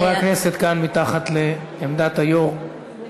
חברי הכנסת כאן מתחת לעמדת היושב-ראש.